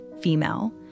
female